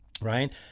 right